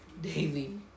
daily